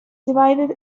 divided